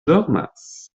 dormas